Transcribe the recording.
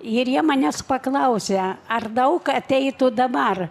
ir jie manęs paklausė ar daug ateitų dabar